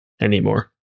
anymore